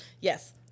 Yes